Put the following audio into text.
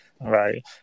Right